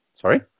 Sorry